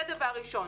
זה דבר ראשון.